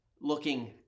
looking